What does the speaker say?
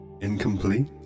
Incomplete